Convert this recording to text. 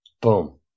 boom